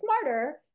smarter